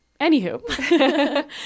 anywho